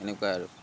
এনেকুৱা আৰু